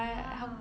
ya